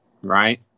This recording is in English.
Right